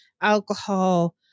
alcohol